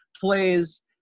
plays